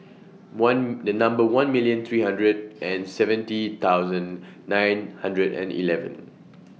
one The Number one million three hundred and seventy thousand nine hundred and eleven